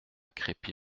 crépy